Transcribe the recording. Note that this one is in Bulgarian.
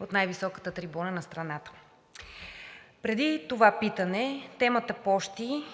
от най-високата трибуна на страната. Преди това питане темата „Пощи“